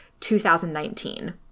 2019